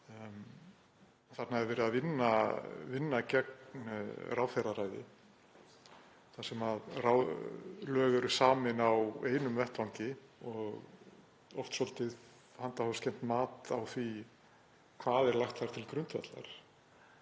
Þarna er verið að vinna gegn ráðherraræði þar sem lög eru samin á einum vettvangi og oft svolítið handahófskennt mat á því hvað er lagt þar til grundvallar.